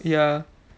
ya